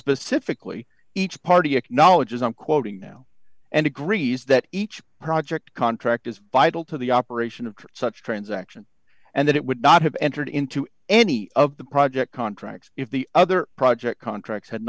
specifically each party acknowledges i'm quoting now and agrees that each project contract is vital to the operation of such transaction and that it would not have entered into any of the project contracts if the other project